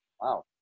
wow